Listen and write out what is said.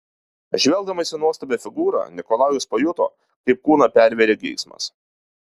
žvelgdamas į nuostabią figūrą nikolajus pajuto kaip kūną pervėrė geismas